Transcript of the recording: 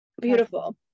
beautiful